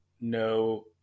no